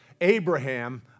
Abraham